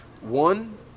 one